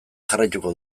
jarraituko